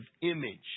image